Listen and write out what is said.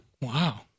Wow